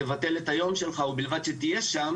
תבטל את היום שלך ובלבד שתהיה שם